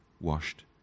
washed